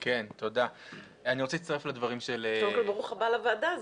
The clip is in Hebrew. קודם כל ברוך הבא לוועדה.